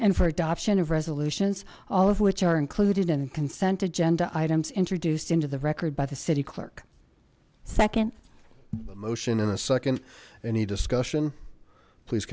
and for adoption of resolutions all of which are included in the consent agenda items introduced into the record by the city clerk second the motion in a second any discussion please